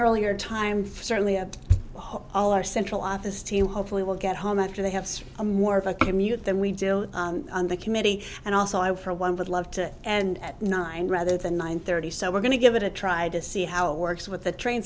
earlier time for certainly i hope all our central office team hopefully will get home after they have a more of a commute than we deal on the committee and also i for one would love to and at nine rather than one thirty so we're going to give it a try to see how it works with the train